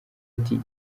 ati